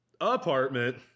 apartment